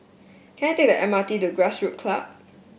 can I take the M R T to Grassroots Club